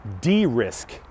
de-risk